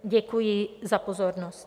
Děkuji za pozornost.